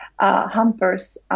Hampers